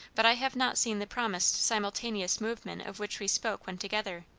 but i have not seen the promised simultaneous movement of which we spoke when together.